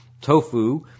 tofu